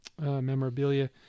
memorabilia